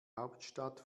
hauptstadt